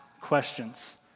questions